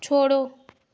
छोड़ो